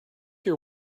your